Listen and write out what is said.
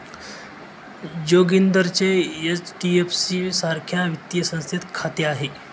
जोगिंदरचे एच.डी.एफ.सी सारख्या वित्तीय संस्थेत खाते आहे